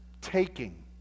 taking